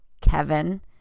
Kevin